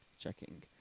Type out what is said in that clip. checking